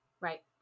Right